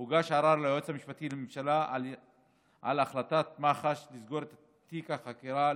הוגש ערר ליועץ המשפטי לממשלה על החלטת מח"ש לסגור את תיק החקירה.